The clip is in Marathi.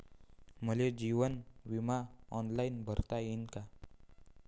मले जीवन बिमा ऑनलाईन भरता येईन का?